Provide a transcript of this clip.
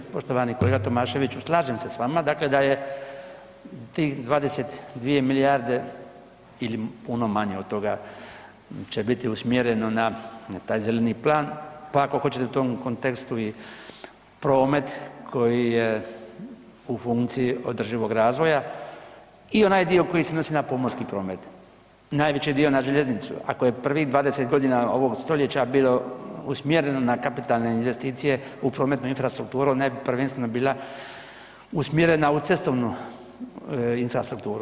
Poštovani kolega Tomaševiću, slažem se s vama, dakle da je tih 22 milijarde ili puno manje od toga će biti usmjereno na taj zeleni plan pa ako hoćete u tom kontekstu i promet koji je u funkciji održivog razvoja i onaj dio koji se odnosi na pomorski promet, najveći dio na željeznicu ako je prvih 20 g. ovog stoljeća bilo usmjereno na kapitalne investicije u prometnu infrastrukturu, ona je prvenstvo bila usmjerena u cestovnu infrastrukturu.